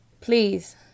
please